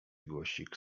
głosik